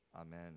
Amen